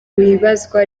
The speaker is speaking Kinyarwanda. ibazwa